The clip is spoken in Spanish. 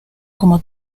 como